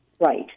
Right